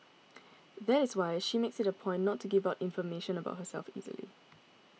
that is why she makes it a point not to give out information about herself easily